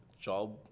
job